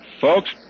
Folks